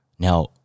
Now